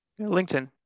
LinkedIn